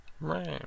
Right